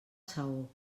saó